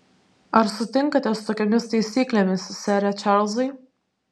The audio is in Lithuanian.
ar sutinkate su tokiomis taisyklėmis sere čarlzai